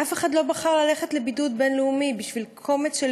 אף אחד לא בחר ללכת לבידוד בין-לאומי בשביל קומץ של